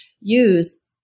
use